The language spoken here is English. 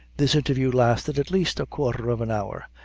this interview lasted, at least, a quarter of an hour,